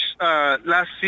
last